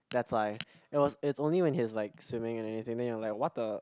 that's why it was it's only when he's like swimming and anything then you're like what the